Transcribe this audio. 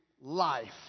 life